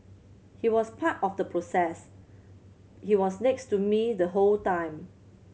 he was part of the process he was next to me the whole time